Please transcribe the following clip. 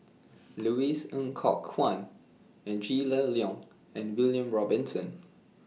Louis Ng Kok Kwang Angela Liong and William Robinson